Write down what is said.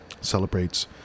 Celebrates